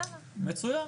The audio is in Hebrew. מצוין,